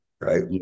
right